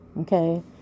okay